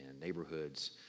neighborhoods